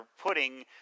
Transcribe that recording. putting